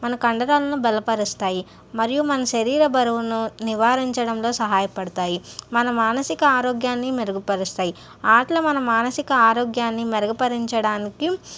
మన కండరాలను బలపరుస్తాయి మరియు మన శరీర బరువును నివారించడంలో సహాయపడతాయి మన మానసిక ఆరోగ్యాన్ని మెరుగుపరుస్తాయి ఆటలు మన మానసిక ఆరోగ్యాన్ని మెరుగుపరచడానికి